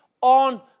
on